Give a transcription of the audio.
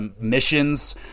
missions